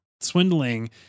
swindling